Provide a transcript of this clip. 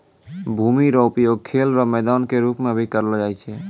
भूमि रो उपयोग खेल रो मैदान के रूप मे भी करलो जाय छै